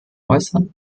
äußern